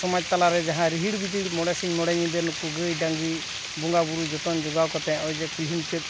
ᱥᱚᱢᱟᱡᱽ ᱛᱟᱞᱟᱨᱮ ᱡᱟᱦᱟᱸ ᱨᱤᱦᱤᱲ ᱵᱤᱫᱤᱲ ᱢᱚᱬᱮ ᱥᱤᱝ ᱢᱚᱬᱮ ᱧᱤᱫᱟᱹ ᱱᱩᱠᱩ ᱜᱟᱹᱭ ᱰᱟᱝᱨᱤ ᱵᱚᱸᱜᱟ ᱵᱩᱨᱩ ᱡᱚᱛᱚᱱ ᱡᱚᱜᱟᱣ ᱠᱟᱛᱮᱫ ᱱᱚᱜ ᱚᱭ ᱡᱮ ᱠᱩᱞᱦᱤ ᱢᱩᱪᱟᱹᱫ